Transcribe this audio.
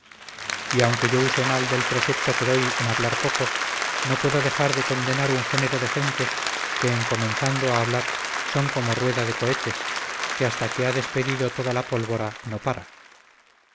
y aunque yo use mal del precepto que doy en hablar poco no puedo dejar de condenar un género de gentes que en comenzando a hablar son como rueda de cohetes que hasta que ha despedido toda la pólvora no para